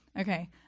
Okay